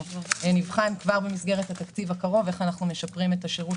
נבחן כבר במסגרת התקציב הקרוב איך אנחנו משפרים את השירות